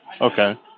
Okay